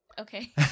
Okay